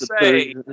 say